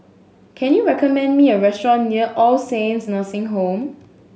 can you recommend me a restaurant near All Saints Nursing Home